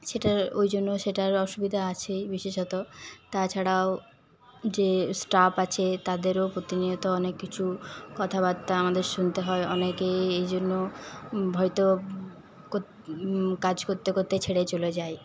সেটা ওইজন্য সেটার অসুবিধা আছেই বিশেষত তাছাড়াও যে স্টাফ আছে তাদেরকেও প্রতিনিয়ত অনেক কিছু কথাবার্তা আমাদের শুনতে হয় অনেকে এই জন্য হয়তো কাজ করতে করতে ছেড়ে চলে যায়